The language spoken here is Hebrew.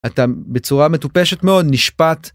אתה בצורה מטופשת מאוד נשפט.